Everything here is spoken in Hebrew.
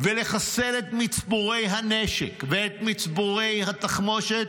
ולחסל את מצבורי הנשק ואת מצבורי התחמושת,